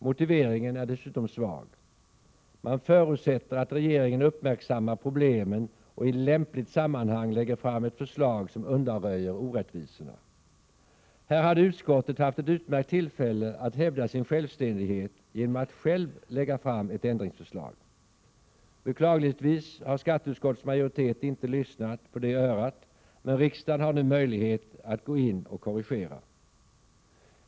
Motiveringen är dessutom svag — man förutsätter att regeringen uppmärksammar problemen och i lämpligt sammanhang lägger fram ett förslag som innebär att orättvisorna undanröjs. Här hade utskottet haft ett utmärkt tillfälle att hävda sin självständighet genom att självt lägga fram ett ändringsförslag. Beklagligtvis har skatteutskottets majoritet inte lyssnat på det örat, men riksdagen har nu möjlighet att gå in och korrigera.